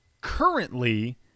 currently